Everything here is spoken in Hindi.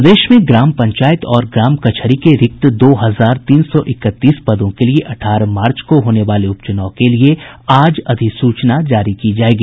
प्रदेश में ग्राम पंचायत और ग्राम कचहरी के रिक्त दो हजार तीन सौ इकतीस पदों के लिए अठारह मार्च को होने वाले उपचुनाव के लिए आज अधिसूचना जारी की जायेगी